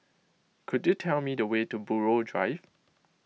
could you tell me the way to Buroh Drive